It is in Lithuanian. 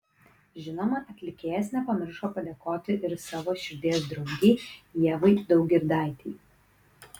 žinoma atlikėjas nepamiršo padėkoti ir savo širdies draugei ievai daugirdaitei